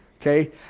Okay